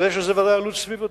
אבל יש לזה ודאי עלות סביבתית.